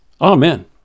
Amen